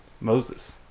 Moses